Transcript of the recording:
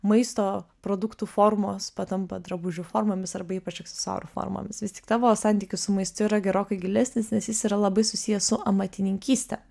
maisto produktų formos patampa drabužių formomis arba ypač aksesuarų formomis vis tik tavo santykis su maistu yra gerokai gilesnis nes jis yra labai susijęs su amatininkyste